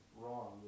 wrong